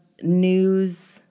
news